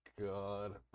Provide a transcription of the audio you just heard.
god